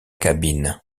cabine